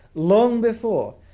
long before.